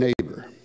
neighbor